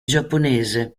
giapponese